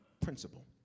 principle